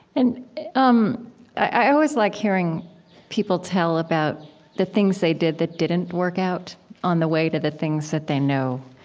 and um i always like hearing people tell about the things they did that didn't work out on the way to the things that they know.